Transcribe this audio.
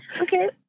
Okay